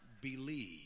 believe